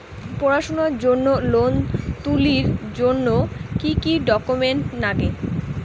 পড়াশুনার জন্যে লোন তুলির জন্যে কি কি ডকুমেন্টস নাগে?